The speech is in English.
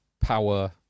power